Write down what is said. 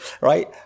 right